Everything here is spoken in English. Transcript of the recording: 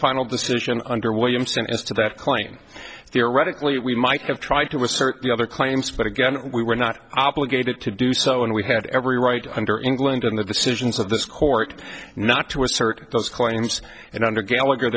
final decision under williamson as to that claim theoretically we might have tried to assert the other claims but again we were not obligated to do so and we had every right under england in the decisions of this court not to assert those claims and under gallagher